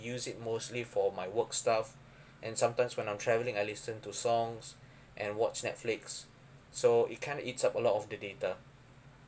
use it mostly for my work stuff and sometimes when I'm travelling I listen to songs and watch netflix so it kind of eats up a lot of the data